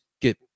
get